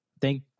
Thank